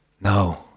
No